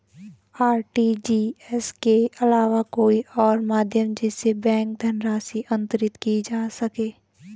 RTGS के अलावा कोई और माध्यम जिससे बैंक धनराशि अंतरित की जा सके?